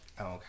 okay